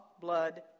blood